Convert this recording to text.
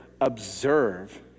observe